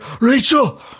Rachel